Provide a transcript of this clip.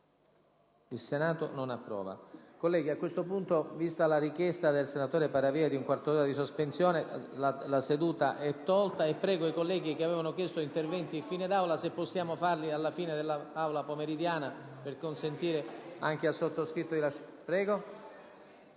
**Il Senato non approva.**